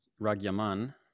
ragyaman